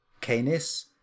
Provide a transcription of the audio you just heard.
Canis